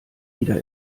wieder